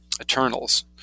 Eternals